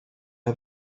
are